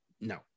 no